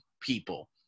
people